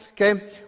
Okay